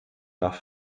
nach